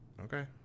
okay